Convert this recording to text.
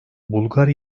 bulgar